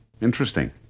interesting